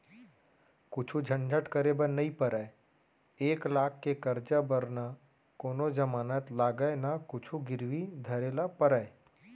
कुछु झंझट करे बर नइ परय, एक लाख के करजा बर न कोनों जमानत लागय न कुछु गिरवी धरे बर परय